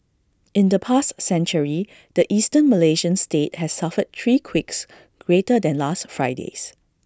in the past century the Eastern Malaysian state has suffered three quakes greater than last Friday's